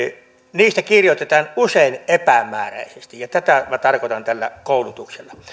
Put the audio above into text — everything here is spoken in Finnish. niistä kirjoitetaan usein epämääräisesti ja tätä minä tarkoitan tällä koulutuksella